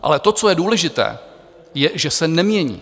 Ale to, co je důležité, je, že se nemění.